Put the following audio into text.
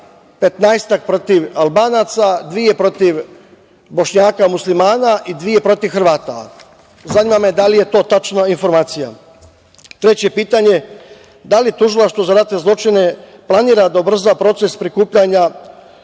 15-ak protiv Albanaca, dve protiv Bošnjaka, muslimana i dve protiv Hrvata. Zanima me da li je to tačna informacija? Treće pitanje – da li Tužilaštvo za ratne zločine planira da ubrza proces prikupljanja